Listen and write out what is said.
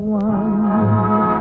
one